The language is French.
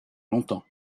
longtemps